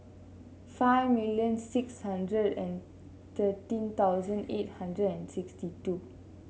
five million six hundred and thirteen thousand eight hundred and sixty two